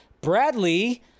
Bradley